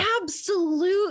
Absolute